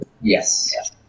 Yes